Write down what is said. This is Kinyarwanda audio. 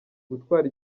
gutwara